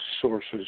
sources